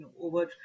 over